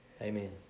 Amen